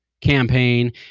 campaign